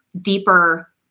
deeper